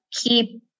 keep